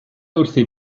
wrthi